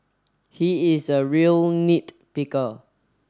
he is a real nit picker